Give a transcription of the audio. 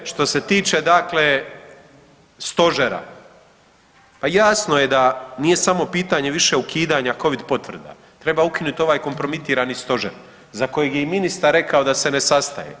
Što se tiče, što se tiče dakle stožera pa jasno je da nije samo pitanje više ukidanja Covid potvrda treba ukinuti ovaj kompromitirani stožer za kojeg je i ministar rekao da se ne sastaje.